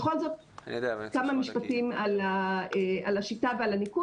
בכל זאת כמה משפטים על השיטה ועל הניקוד